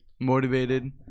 motivated